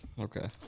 Okay